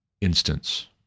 instance